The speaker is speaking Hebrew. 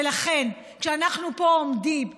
ולכן, כשאנחנו עומדים פה,